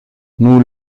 nous